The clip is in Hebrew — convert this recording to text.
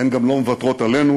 הן גם לא מוותרות עלינו.